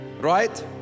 Right